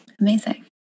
Amazing